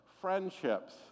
friendships